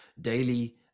daily